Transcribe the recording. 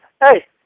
Hey